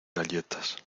galletas